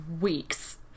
weeks